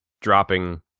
dropping